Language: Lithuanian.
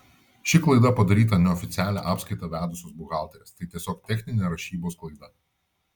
ši klaida padaryta neoficialią apskaitą vedusios buhalterės tai tiesiog techninė rašybos klaida